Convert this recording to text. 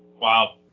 wow